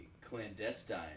Clandestine